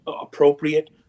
appropriate